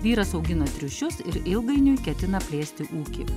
vyras augino triušius ir ilgainiui ketina plėsti ūkį